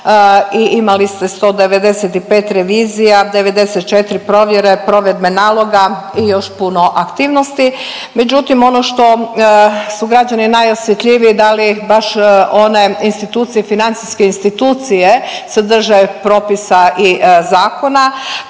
imali ste 195 revizija, 94 provjere, provedbe naloga i još puno aktivnosti. Međutim, ono što su građani najosjetljiviji dali baš one institucije financijske institucije se drže propisa i zakona,